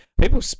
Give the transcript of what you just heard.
People